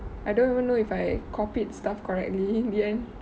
I don't even know if I copied stuffed correctly in the end